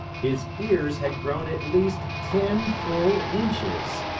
his ears had grown at least ten full inches!